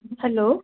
hello